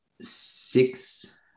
six